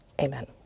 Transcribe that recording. Amen